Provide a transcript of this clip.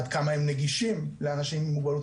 עד כמה הם נגישים לאנשים עם מוגבלות,